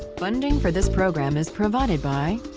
funding for this program is provided by